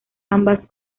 ambas